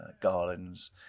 garlands